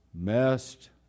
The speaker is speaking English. messed